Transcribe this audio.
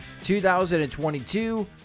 2022